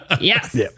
yes